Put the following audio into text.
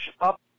up